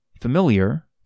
familiar